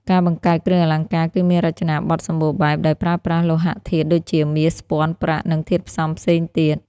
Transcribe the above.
ការបង្កើតគ្រឿងអលង្ការគឺមានរចនាបទសម្បូរបែប ដោយប្រើប្រាស់លោហៈធាតុដូចជា មាស ស្ពាន់ ប្រាក់ និងធាតុផ្សំផ្សេងទៀត។